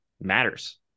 matters